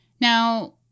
Now